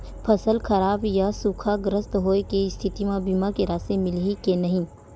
फसल खराब या सूखाग्रस्त होय के स्थिति म बीमा के राशि मिलही के नही?